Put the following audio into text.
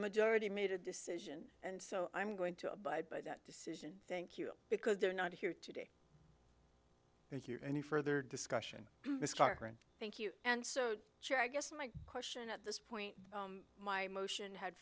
majority made a decision and so i'm going to abide by that decision thank you because they're not here today and hear any further discussion thank you and so sure i guess my question at this point my motion had